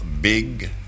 big